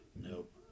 Nope